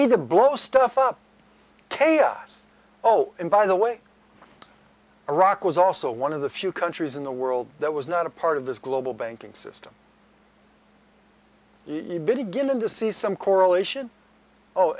need to blow stuff up chaos oh and by the way iraq was also one of the few countries in the world that was not a part of this global banking system you begin to see some correlation oh